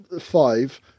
five